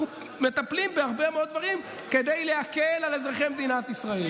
אנחנו מטפלים בהרבה מאוד דברים כדי להקל על אזרחי מדינת ישראל,